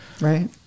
Right